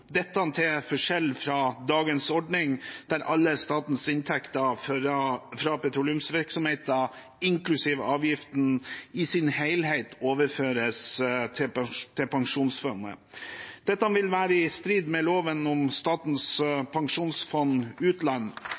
dette til forskjell fra dagens ordning, der alle statens inntekter fra petroleumsvirksomheten, inklusiv avgiften, i sin helhet overføres til pensjonsfondet. Dette vil være i strid med loven om Statens pensjonsfond.